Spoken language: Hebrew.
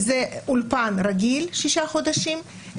זה אולפן רגיל שישה חודשים,